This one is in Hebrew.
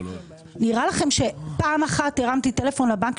נראה לכם שפעם אחת הרמתי טלפון לבנק,